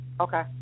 Okay